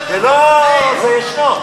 זה ישנו.